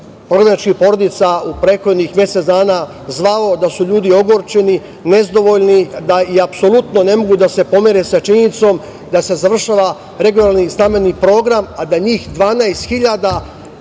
prognanih porodica u prethodnih mesec dana zvao, da su ljudi ogorčeni, nezadovoljni i apsolutno ne mogu da se pomire sa činjenicom da se završava regionalni stambeni program, a da njih 12.000